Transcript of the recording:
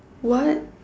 what